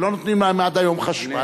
ולא נותנים להם עד היום חשמל,